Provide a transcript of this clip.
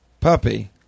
puppy